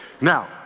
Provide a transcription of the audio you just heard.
Now